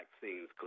vaccines